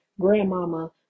grandmama